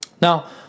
Now